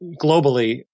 globally